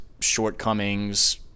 shortcomings